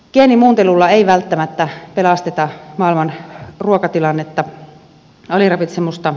geenimuuntelulla ei välttämättä pelasteta maailman ruokatilannetta aliravitsemusta